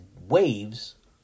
waves